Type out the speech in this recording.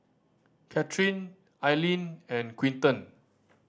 Cathryn Alleen and Quinton